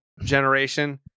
generation